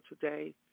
today